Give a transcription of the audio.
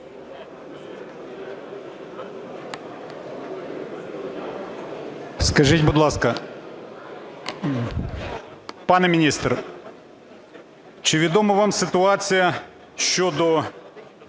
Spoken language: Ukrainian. Скажіть, будь ласка, пане міністре, чи відома вам ситуація щодо